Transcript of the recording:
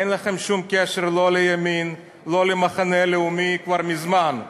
אין לכם שום קשר לא לימין ולא למחנה הלאומי כבר מזמן.